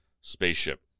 spaceship